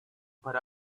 put